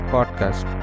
Podcast